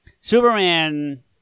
Superman